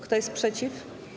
Kto jest przeciw?